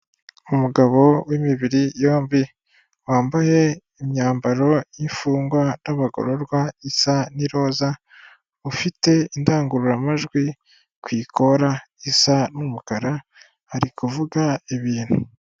Umugabo w'imibiri yombi, wambaye imyambaro y'imfungwa n'abagororwa isa n'iroza, ufite indangururamajwi kukora isa n'umukara, arivuga ibintu.